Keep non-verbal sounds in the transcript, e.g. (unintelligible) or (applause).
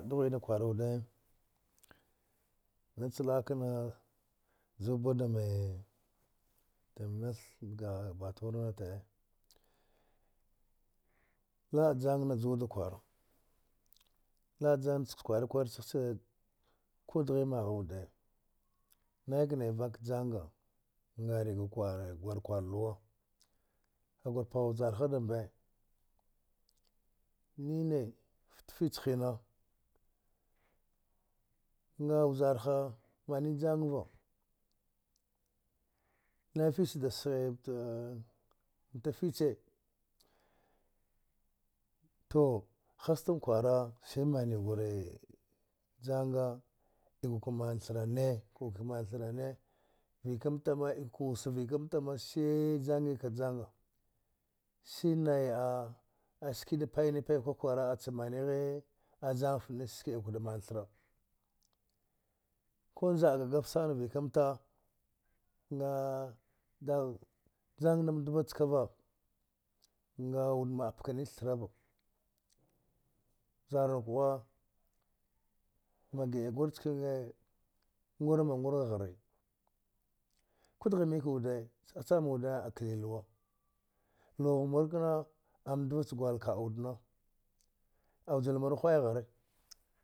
Dghwi’a na kwarude nach la’a kna ju badami dam nath ga batura natel, la’a jang na juwa wuda kwara chagh che ku fghi magha wude naiknai vak janga (unintelligible) gwar kwaluwa kagur pagh vjarha dambe nini fta fich hina nga vjarha mani jang van ai fich da gghimta mta fiche tu hastang kwara si mani hware janga ikwa ka amn thara ne ikwak ka manthrane va ikamta ma ikwa ka wusa va’aikamta ma see janggi ka janga sinai a aki da paini paika kwara asha manighi a jang fta nashi ikwa da manthara ku za’a ga gav sana va’ikanta nga dagh jang nam dbachkava ngaud ma’a pka nithara va vjar nuk ghwa ma gi’a gur chkani ngur ma ngura ghare ku dghi mik wude cha cham wude a kli luwa luwagh murkna amdva cha gwaika’a wudena awujill mur kwai ghare (noise)